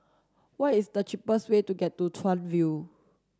what is the cheapest way to get to Chuan View